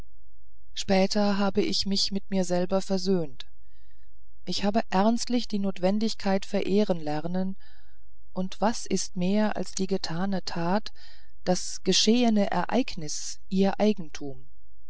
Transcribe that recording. später habe ich mich mit mir selber versöhnt ich habe erstlich die notwendigkeit verehren lernen und was ist mehr als die getane tat das geschehene ereignis ihr eigentum